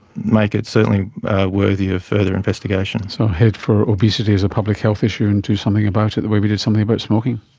make it certainly worthy of further investigation. so head for obesity as a public health issue and do something about it the way we did something about smoking.